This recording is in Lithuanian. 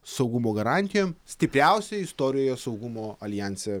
saugumo garantijom stipriausioj istorijoje saugumo aljanse